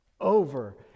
Over